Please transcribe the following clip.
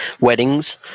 weddings